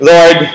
Lord